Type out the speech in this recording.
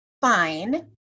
fine